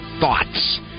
thoughts